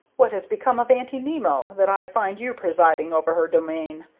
what has become of aunty nimmo, that i find you presiding over her domain?